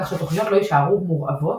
כך שתוכניות לא יישארו "מורעבות",